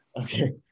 Okay